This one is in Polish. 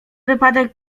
wypadek